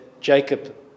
Jacob